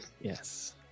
yes